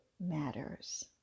matters